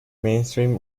mainstream